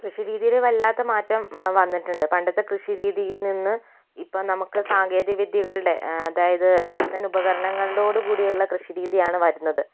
കൃഷി രീതിയിൽ വല്ലാത്ത മാറ്റം വന്നിട്ടുണ്ട് പണ്ടത്തെ കൃഷി രീതിയിൽ നിന്ന് ഇപ്പോൾ നമുക്ക് സാങ്കേതിക വിദ്യകളുടെ അതായത് പുത്തൻ ഉപകരണങ്ങളോടുകൂടെയുള്ള കൃഷിരീതികൾ ആണ് വരുന്നത്